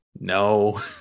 No